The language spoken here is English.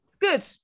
Good